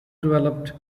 developed